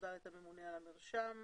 הגורם הממונה הוא הממונה על המרשם.